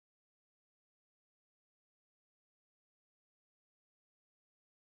uh I think judging from the queue that I saw on like Xiaxue's Insta story it was very crowded